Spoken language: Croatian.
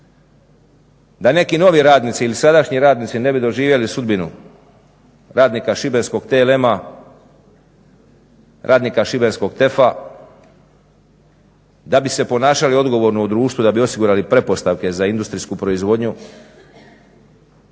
Da neki novi radnici ili sadašnji radnici ne bi doživjeli sudbinu radnika šibenskog TLM-a, radnika šibenskog TEF-a, da bi se ponašali odgovorno u društvu, da bi osigurali pretpostavke za industrijsku proizvodnju,